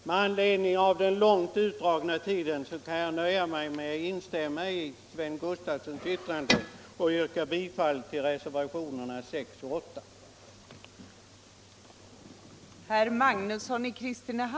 Med anledning av den långt framskridna tiden kan jag nöja mig med att instämma i herr Sven Gustafsons yttrande och yrka bifall till reservationerna 6 och 8.